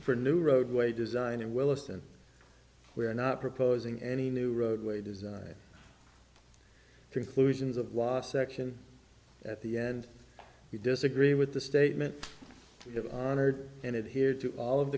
for new roadway design and willesden we are not proposing any new roadway design conclusions of law section at the end we disagree with the statement of honored and it here to all of